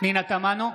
פנינה תמנו,